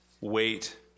wait